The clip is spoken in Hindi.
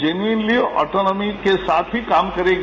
जेनरली ऑटोनोमी के साथ ही काम करेगी